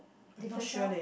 depends on